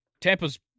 Tampa's